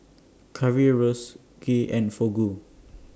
Currywurst Kheer and Fugu